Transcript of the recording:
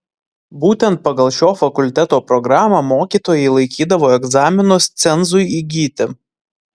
būtent pagal šio fakulteto programą mokytojai laikydavo egzaminus cenzui įgyti